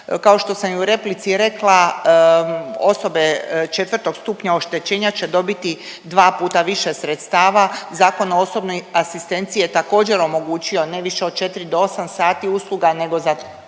Kao što sam i u replici rekla osobe 4. stupnja oštećenja će dobiti dva puta više sredstava. Zakon o osobnoj asistenciji je također omogućio ne više od 4 do 8 sati usluga, nego za